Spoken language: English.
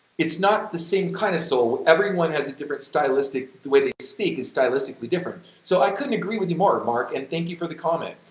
it's not the same kind of soul, everyone has a different stylistic, the way they speak is stylistically different, so i couldn't agree with you more, mark, and thank you for the comment.